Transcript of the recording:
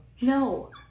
No